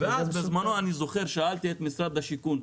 ואז בזמנו אני זוכר שאלתי את משרד השיכון,